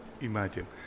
imagine